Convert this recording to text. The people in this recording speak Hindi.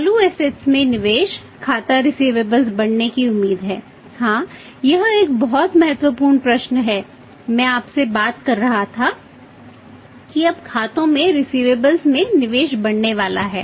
चालू असेट्स में निवेश बढ़ने वाला है